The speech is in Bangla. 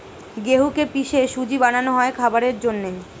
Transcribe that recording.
গেহুকে পিষে সুজি বানানো হয় খাবারের জন্যে